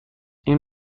این